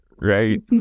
Right